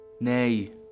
Nay